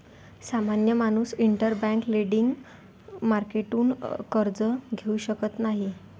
सामान्य माणूस interbank lending मार्केटतून कर्ज घेऊ शकत नाही